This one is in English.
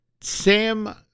Sam